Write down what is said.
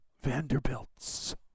Vanderbilts